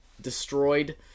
destroyed